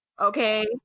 Okay